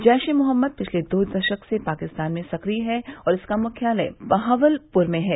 जैशे मोहम्मद पिछले दो दशक से पाकिस्तान में सक्रिय है और इसका मुख्यालय बहावलपुर में है